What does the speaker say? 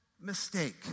Mistake